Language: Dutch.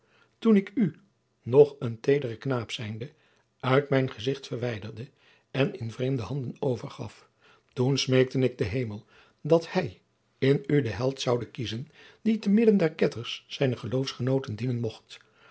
toen ik u nog een teederen knaap zijnde uit mijn gezicht verwijderde en in vreemde handen overgaf toen smeekte ik den hemel dat hij in u den held zoude kiezen die te midden der ketters zijne geloofsgenooten dienen mocht